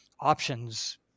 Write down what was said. options